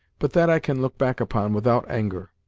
but that i can look back upon without anger.